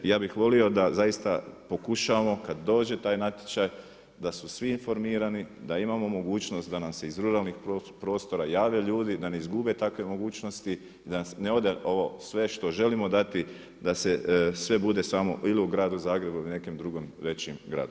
Ja bih volio da zaista pokušamo kad dođe taj natječaj da su svi informirani da imamo mogućnost da nam se iz ruralnog prostora jave ljudi, da ne izgube takve mogućnosti i da ne ode ovo sve što želimo dati da se sve bude samo ili u gradu Zagrebu ili nekom drugom većem gradu.